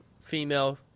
female